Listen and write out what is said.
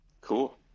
Cool